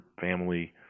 family